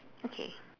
okay